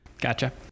Gotcha